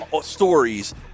stories